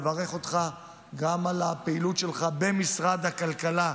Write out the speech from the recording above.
לברך אותך גם על הפעילות שלך במשרד הכלכלה,